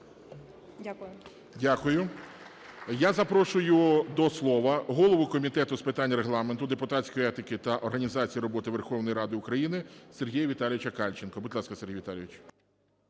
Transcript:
Дякую. Я запрошую до слова голову Комітету з питань Регламенту, депутатської етики та організації роботи Верховної Ради України Сергія Віталійовича Кальченка. Будь ласка, Сергій Віталійович.